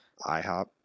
IHOP